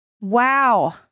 Wow